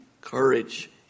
courage